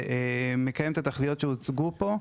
שמקיים את התכליות שהוצגו פה.